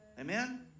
Amen